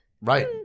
Right